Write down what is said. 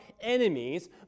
enemies